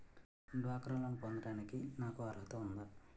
డ్వాక్రా లోన్ పొందటానికి నాకు అర్హత ఉందా?